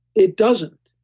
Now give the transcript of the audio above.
it doesn't.